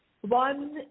one